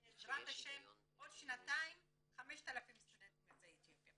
בעזרת השם עוד שנתיים 5,000 סטודנטים יוצאי אתיופיה.